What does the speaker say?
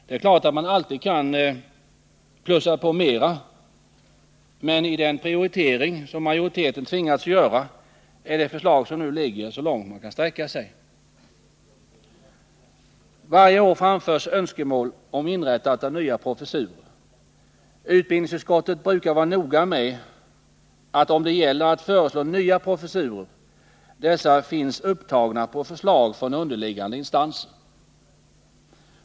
Det är klart att det alltid går att plussa på mera, men i den prioritering som majoriteten tvingats göra är det förslag som nu framläggs så långt man kan sträcka sig. Varje år framförs önskemål om inrättande av nya professurer. Utbildningsutskottet brukar vara noga med att de professurer som föreslås finns upptagna på förslag från underliggande instanser.